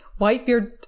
Whitebeard